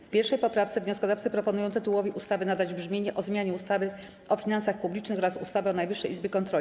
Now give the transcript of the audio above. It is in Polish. W 1. poprawce wnioskodawcy proponują tytułowi ustawy nadać brzmienie: o zmianie ustawy o finansach publicznych oraz ustawy o Najwyższej Izbie Kontroli.